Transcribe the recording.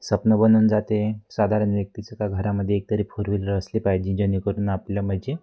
स्वप्न बनून जाते आहे साधारण व्यक्तीचं का घरामध्ये एकतरी फोर वीलर असली पाहिजे जेणेकरून आपल्या म्हणजे